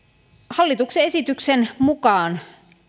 hallituksen esityksen mukaan